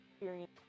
experience